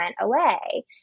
away